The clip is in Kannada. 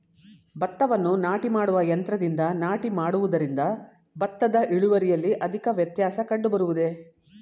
ಭತ್ತವನ್ನು ನಾಟಿ ಮಾಡುವ ಯಂತ್ರದಿಂದ ನಾಟಿ ಮಾಡುವುದರಿಂದ ಭತ್ತದ ಇಳುವರಿಯಲ್ಲಿ ಅಧಿಕ ವ್ಯತ್ಯಾಸ ಕಂಡುಬರುವುದೇ?